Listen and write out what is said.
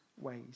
ways